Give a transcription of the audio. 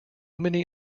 many